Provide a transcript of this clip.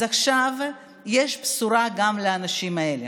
אז עכשיו יש בשורה גם לאנשים האלה.